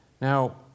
Now